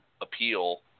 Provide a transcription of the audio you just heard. appeal